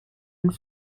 and